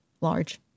large